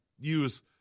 use